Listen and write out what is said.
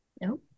No